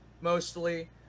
mostly